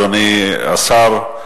אדוני השר,